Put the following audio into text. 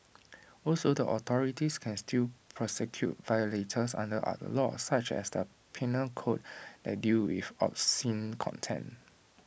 also the authorities can still prosecute violators under other laws such as the Penal code that deal with obscene content